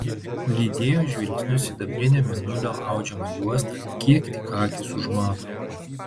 lydėjo žvilgsniu sidabrinę mėnulio audžiamą juostą kiek tik akys užmato